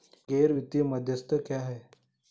गैर वित्तीय मध्यस्थ क्या हैं?